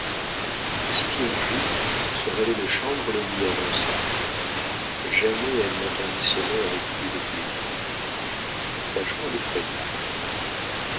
le sixième jour son valet de chambre le lui annonça jamais elle n'entendit ce nom avec plus de plaisir sa joie l'effraya